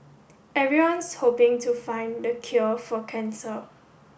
everyone's hoping to find the cure for cancer